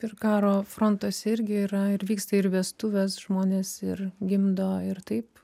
ir karo frontas irgi yra ir vyksta ir vestuvės žmonės ir gimdo ir taip